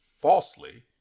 Falsely